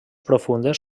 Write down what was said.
profundes